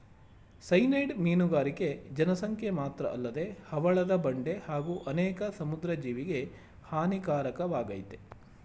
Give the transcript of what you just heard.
cyanide ಮೀನುಗಾರಿಕೆ ಜನಸಂಖ್ಯೆ ಮಾತ್ರಅಲ್ಲದೆ ಹವಳದ ಬಂಡೆ ಹಾಗೂ ಅನೇಕ ಸಮುದ್ರ ಜೀವಿಗೆ ಹಾನಿಕಾರಕವಾಗಯ್ತೆ